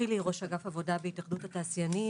ראש אגף עבודה בהתאחדות התעשיינים.